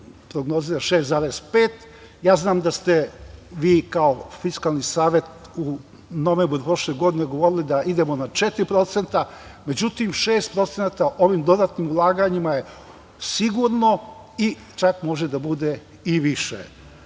prognozira 6,5%. Znam da ste vi kao Fiskalni savet u novembru prošle godine govorili da idemo na 4%, međutim 6% ovim dodatnim ulaganjima je sigurno i čak može da bude i